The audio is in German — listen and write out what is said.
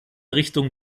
richtung